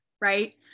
right